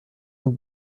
dem